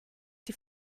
die